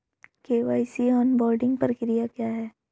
KYC onboarding प्रक्रिया क्या है?